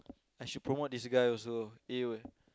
I should promote this guy also A Word